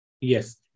Yes